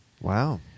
Wow